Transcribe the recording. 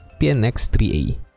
PNX3A